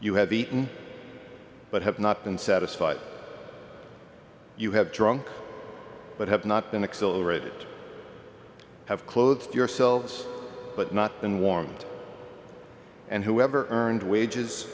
you have eaten but have not been satisfied you have drunk but have not been accelerated have clothed yourselves but not been warmed and whoever earned wages